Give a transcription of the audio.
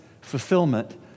fulfillment